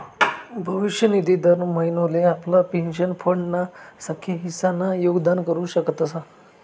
भविष्य निधी दर महिनोले आपला पेंशन फंड ना एक हिस्सा ना योगदान करू शकतस